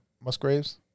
Musgraves